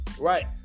Right